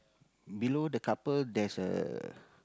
below the couple there's a